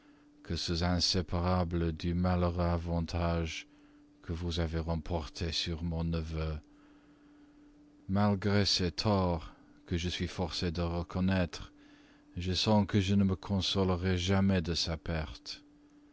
que ceux inséparables du malheureux avantage que vous avez remporté sur mon neveu malgré ses torts que je suis forcée de reconnaître je sens que je ne me consolerai jamais de sa perte